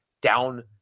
down